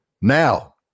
Now